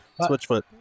Switchfoot